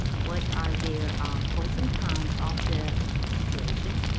what are their pros and cons of the situation.